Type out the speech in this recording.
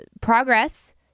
progress